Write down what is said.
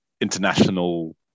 international